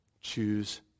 choose